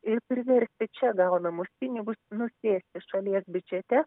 ir priversti čia gaunamus pinigus nusėsti šalies biudžete